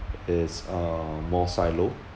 is uh more silo